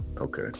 Okay